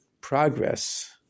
progress